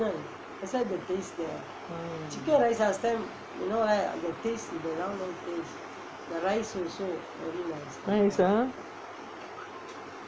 mm nice ah